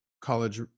college